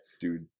Dude